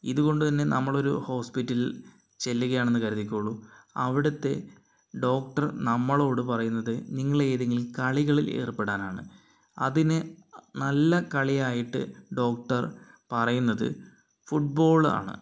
ഇതുകൊണ്ടുതന്നെ നമ്മൾ ഒരു ഹോസ്പിറ്റലിൽ ചെല്ലുകയാണ് എന്ന് കരുതിക്കോളൂ അവിടുത്തെ ഡോക്ടർ നമ്മളോട് പറയുന്നത് നിങ്ങൾ ഏതെങ്കിലും കളികളിൽ ഏർപ്പെടാനാണ് അതിന് നല്ല കളിയായിട്ട് ഡോക്ടർ പറയുന്നത് ഫുട്ബോളാണ്